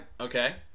Okay